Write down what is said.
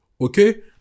okay